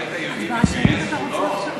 הבית היהודי התגייס כולו?